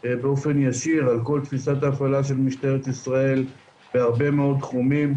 באופן ישיר על כל תפיסת ההפעלה של משטרת ישראל בהרבה תחומים,